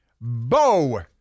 Bo